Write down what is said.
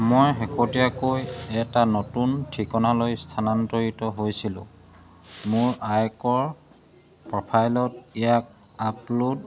মই শেহতীয়াকৈ এটা নতুন ঠিকনালৈ স্থানান্তৰিত হৈছিলোঁ মোৰ আয়কৰ প্ৰফাইলত ইয়াক আপলোড